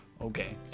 okay